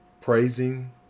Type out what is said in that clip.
praising